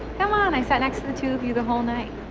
come on, i sat next to the two of you the whole night.